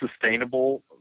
sustainable